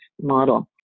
model